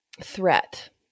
threat